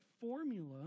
formula